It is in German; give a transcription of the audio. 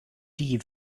die